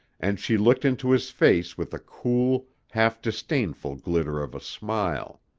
and she looked into his face with a cool, half-disdainful glitter of a smile.